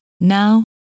Now